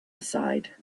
aside